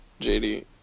JD